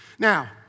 Now